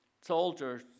Soldiers